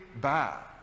bad